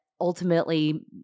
ultimately